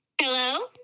Hello